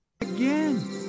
again